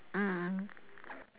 mm